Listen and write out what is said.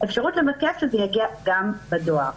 אפשרות לבקש שזה יגיע גם בדואר.